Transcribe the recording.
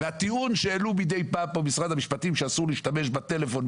הטיעון שהעלה כאן מדי פעם משרד המשפטים שאסור להשתמש בטלפון,